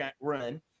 run